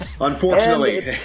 Unfortunately